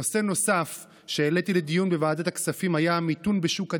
נושא נוסף שהעליתי לדיון בוועדת הכספים היה המיתון בשוק הדיור,